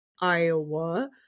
Iowa